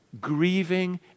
grieving